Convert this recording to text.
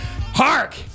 hark